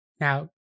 Now